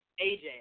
AJ